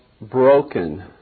broken